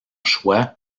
choix